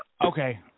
okay